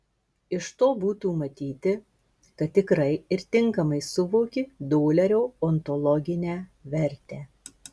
iš to būtų matyti kad tikrai ir tinkamai suvoki dolerio ontologinę vertę